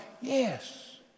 Yes